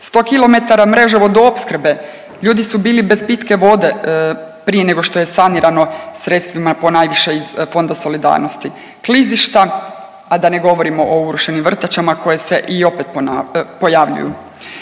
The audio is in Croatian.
mreže vodoopskrbe ljudi su bili bez pitke vode prije nego što je sanirano sredstvima ponajviše iz Fonda solidarnosti. Klizišta, a da ne govorim o urušenim vrtačama koje se i opet pojavljuju.